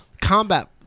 Combat